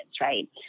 right